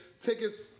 Tickets